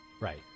Right